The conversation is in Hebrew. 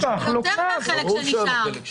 יותר מהחלק שנשאר.